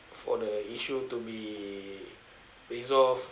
for the issue to be resolved